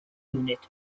unit